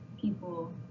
people